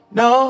no